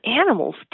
animals